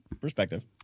perspective